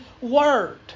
word